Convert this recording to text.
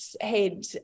head